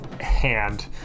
hand